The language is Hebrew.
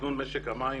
לתכנון משק המים